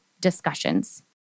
discussions